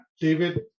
david